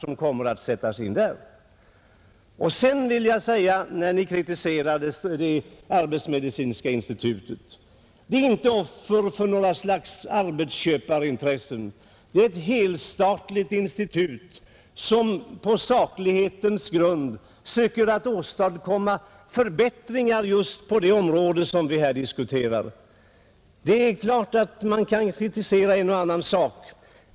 I anledning av den kritik som från kommunisthåll riktas mot arbetsmedicinska institutet vill jag säga att det inte är offer för några slags arbetsköparintressen, utan det är ett helstatligt institut som på saklighetens grund söker åstadkomma förbättringar just på det område som vi här diskuterar. Det är klart att man kan kritisera en och annan sak.